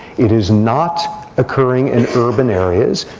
it is not occurring in urban areas.